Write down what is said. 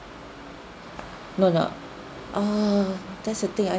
no no err that's the thing I